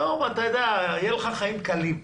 היום יהיו לך חיים קלים,